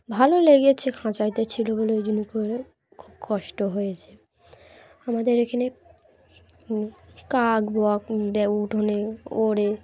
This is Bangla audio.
ভালো লেগেছে খাঁচাতে ছিলো বলে ওই জন্য করে খুব কষ্ট হয়েছে আমাদের এখানে কাক বক দে উঠোনে ওড়ে